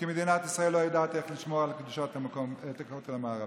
כי מדינת ישראל לא יודעת איך לשמור על קדושת הכותל המערבי.